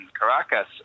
Caracas